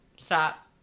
stop